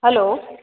hello